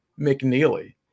McNeely